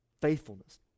faithfulness